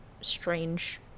strange